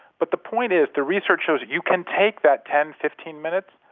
but the point is the research shows you can take that ten, fifteen minutes,